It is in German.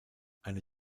eine